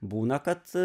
būna kad